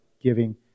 giving